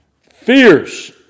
Fierce